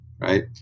right